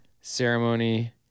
ceremony